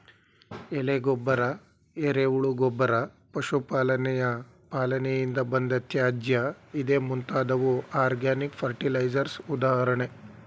ಎಲೆ ಗೊಬ್ಬರ, ಎರೆಹುಳು ಗೊಬ್ಬರ, ಪಶು ಪಾಲನೆಯ ಪಾಲನೆಯಿಂದ ಬಂದ ತ್ಯಾಜ್ಯ ಇದೇ ಮುಂತಾದವು ಆರ್ಗ್ಯಾನಿಕ್ ಫರ್ಟಿಲೈಸರ್ಸ್ ಉದಾಹರಣೆ